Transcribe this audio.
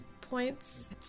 points